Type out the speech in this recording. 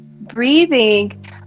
breathing